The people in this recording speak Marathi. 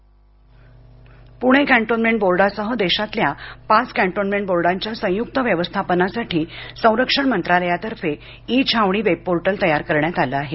कॅन्टॉनमेंट पुणे कॅन्टोन्मेंट बोर्डासह देशातल्या पाच कॅन्टोन्मेंट बोर्डांच्या संयुक्त व्यवस्थापनासाठी संरक्षण मंत्रालयातर्फे ई छावणी वेबपोर्टल तयार करण्यात आलं आहे